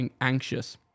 anxious